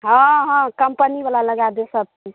हँ हँ कम्पनीवला लगा देब सभ किछु